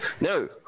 No